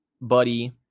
buddy